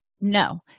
No